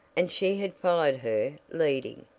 and she had followed her leading.